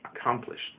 accomplished